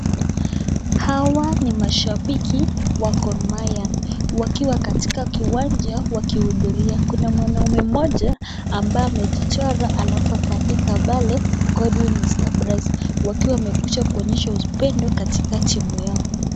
Hawa ni mashabiki wa Gor Mahia wakiwa katika kiwanja wakihudhuria kuna mwanaume mmoja ambaye amejichora alafu akaandika pale God win Mister Brice wakiwa wamekuja kuonyesha upendo katika timu yao.